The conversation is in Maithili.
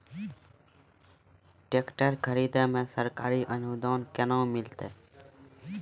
टेकटर खरीदै मे सरकारी अनुदान केना मिलतै?